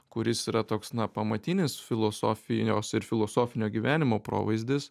kuris yra toks na pamatinis filosofijos ir filosofinio gyvenimo provaizdis